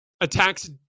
attacks